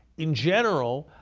in general,